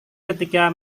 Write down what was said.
ketika